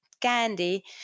candy